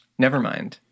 nevermind